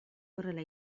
horrela